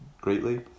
Greatly